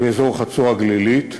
באזור חצור-הגלילית,